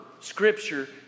Scripture